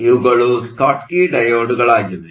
ಇವುಗಳು ಸ್ಕಾಟ್ಕಿ ಡಯೋಡ್ಗಳಾಗಿವೆ